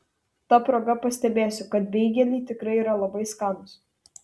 ta proga pastebėsiu kad beigeliai tikrai yra labai skanūs